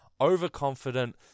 overconfident